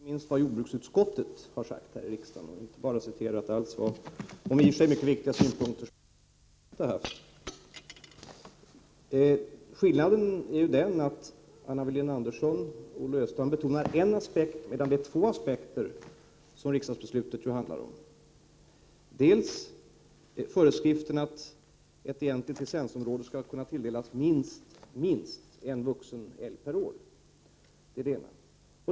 Herr talman! Först vill jag framhålla för Anna Wohlin-Andersson vad inte minst jordbruksutskottet har sagt och att man inte bör citera bara andra i och för sig viktiga uppgifter. Skillnaden är ju den att Anna Wohlin-Andersson och Olle Östrand betonar en aspekt, medan riksdagsbeslutet handlar om två aspekter. Den ena är föreskriften att ett egentligt licensområde skall kunna tilldelas minst en vuxen älg per år.